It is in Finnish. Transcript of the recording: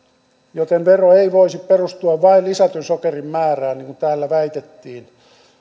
joten vero ei voisi perustua vain lisätyn sokerin määrään niin kuin täällä väitettiin